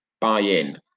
buy-in